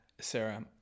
sarah